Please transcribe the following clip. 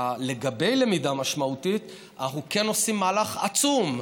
לגבי למידה משמעותית אנחנו כן עושים מהלך עצום,